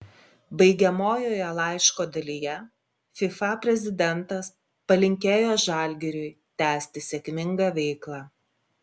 baigiamojoje laiško dalyje fifa prezidentas palinkėjo žalgiriui tęsti sėkmingą veiklą